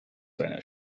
seiner